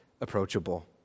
approachable